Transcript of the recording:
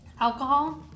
alcohol